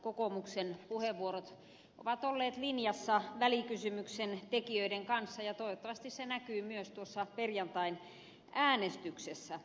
kokoomuksen puheenvuorot ovat olleet linjassa välikysymyksen tekijöiden kanssa ja toivottavasti se näkyy myös tuossa perjantain äänestyksessä